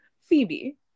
phoebe